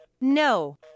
No